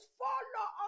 follow